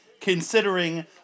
considering